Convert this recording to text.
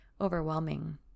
overwhelming